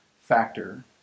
factor